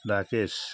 Rakesh